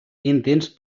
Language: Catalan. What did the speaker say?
intents